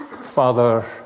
Father